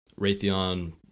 raytheon